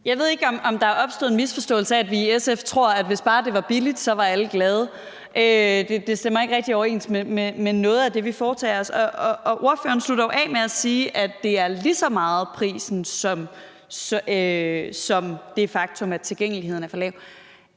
Jeg ved ikke, om der er opstået en misforståelse, som går ud på, at vi i SF tror, at hvis bare det var billigt, så var alle glade. Det stemmer ikke rigtig overens med noget af det, vi foretager os. Ordføreren slutter jo af med at sige, at det handler lige så meget om prisen som det faktum, at tilgængeligheden er for